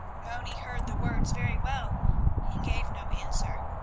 moni heard the words very well he gave no answer,